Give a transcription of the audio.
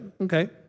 Okay